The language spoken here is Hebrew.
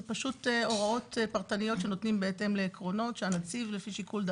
זה פשוט הוראות פרטניות שנותנים בהתאם לעקרונות שהנציב לפי שיקול דעתו,